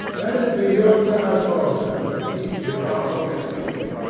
let it be your task also to teach him our holy creed.